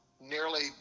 nearly